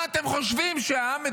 מה, אתם חושבים שהעם מטומטם?